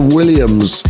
Williams